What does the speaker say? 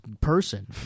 person